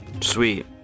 Sweet